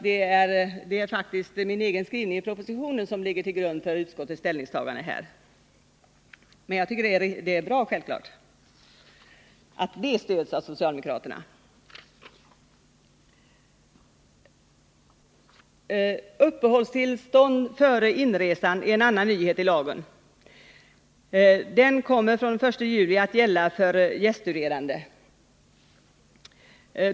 — Det är faktiskt min egen skrivning i propositionen som ligger till grund för utskottets ställningstagande här, men jag tycker självfallet det är bra att det stöds av socialdemokraterna. Uppehållstillstånd före inresan är en annan nyhet i lagen. Den kommer från den 1 juli att gälla för gäststuderande.